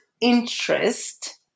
interest